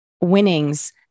winnings